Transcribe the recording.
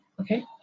okay